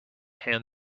hand